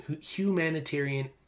humanitarian